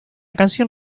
canción